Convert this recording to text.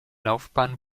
laufbahn